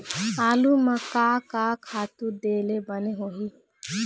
आलू म का का खातू दे ले बने होही?